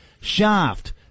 Shaft